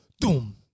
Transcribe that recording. doom